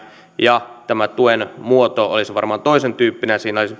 ja tämä tuen muoto olisi varmaan toisentyyppinen ja siinä olisi tämä